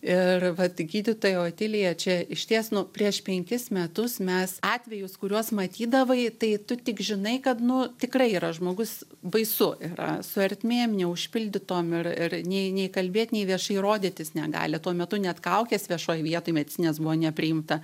ir vat gydytoja otilija čia išties nu prieš penkis metus mes atvejus kuriuos matydavai tai tu tik žinai kad nu tikrai yra žmogus baisu yra su ertmėm neužpildytom ir ir nei nei kalbėt nei viešai rodytis negali tuo metu net kaukės viešoj vietoj medinės buvo nepriimta